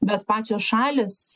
bet pačios šalys